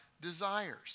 desires